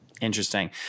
Interesting